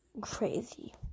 crazy